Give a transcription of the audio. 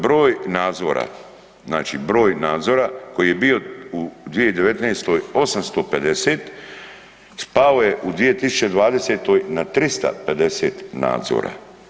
Broj nadzora, znači broj nadzora koji je bio u 2019. 850 spao je u 2020. na 350 nadzora.